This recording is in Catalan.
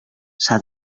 s’ha